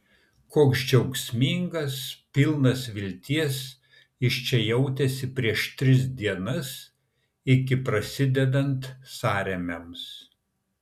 koks džiaugsmingas pilnas vilties jis čia jautėsi prieš tris dienas iki prasidedant sąrėmiams